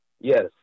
Yes